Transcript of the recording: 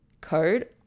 code